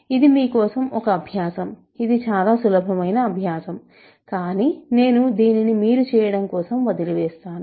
ఇది మీ కోసం ఒక అభ్యాసం ఇది చాలా సులభమైన అభ్యాసం కానీ నేను దీన్ని మీరు చేయడం కోసం వదిలివేస్తాను